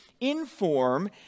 inform